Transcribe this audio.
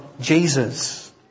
Jesus